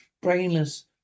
Brainless